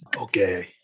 Okay